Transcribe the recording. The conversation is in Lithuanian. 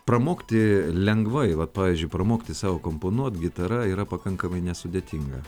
pramokti lengvai vat pavyzdžiui pramokti sau komponuot gitara yra pakankamai nesudėtinga